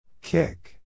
Kick